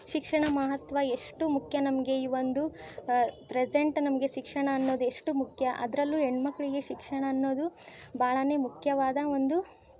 ಶಿಕ್ಷಣ ಮಹತ್ವ ಎಷ್ಟು ಮುಖ್ಯ ನಮಗೆ ಈ ಒಂದು ಪ್ರೆಝೆಂಟ್ ನಮಗೆ ಶಿಕ್ಷಣ ಅನ್ನೋದು ಎಷ್ಟು ಮುಖ್ಯ ಅದರಲ್ಲೂ ಹೆಣ್ಮಕ್ಳಿಗೆ ಶಿಕ್ಷಣ ಅನ್ನೋದು ಬಹಳನೇ ಮುಖ್ಯವಾದ ಒಂದು